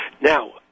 Now